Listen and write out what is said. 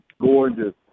Gorgeous